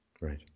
Right